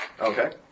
Okay